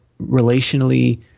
relationally